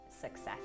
success